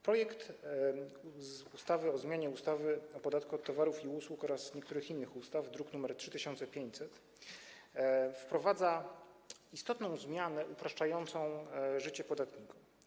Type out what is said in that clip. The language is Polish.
Projekt ustawy o zmianie ustawy o podatku od towarów i usług oraz niektórych innych ustaw, druk nr 3500, wprowadza istotną zmianę ułatwiającą życie podatnikom.